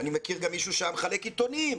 אני מכיר גם מישהו שהיה מחלק עיתונים.